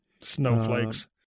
snowflakes